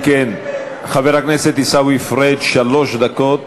אם כן, חבר הכנסת עיסאווי פריג', שלוש דקות.